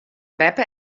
beppe